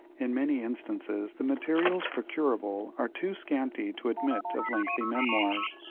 in many instances the materials procurable are too scanty to admit of lengthy memoirs,